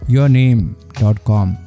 YourName.com